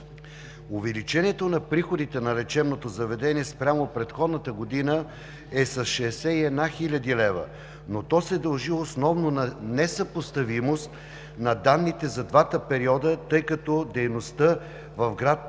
Увеличението на приходите на лечебното заведение спрямо предходната година е с 61 хил. лв., но то се дължи основно на несъпоставимост на данните за двата периода, тъй като дейността в град Нови